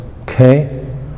okay